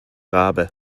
rabe